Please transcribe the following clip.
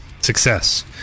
Success